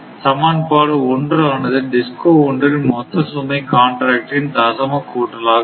சமன்பாடு 1 ஆனது DISCO 1 இன் மொத்த சுமை காண்ட்ராக்ட் இன் தசம கூட்டலாக இருக்கும்